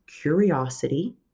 curiosity